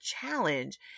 challenge